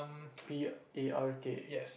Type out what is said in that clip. P A R K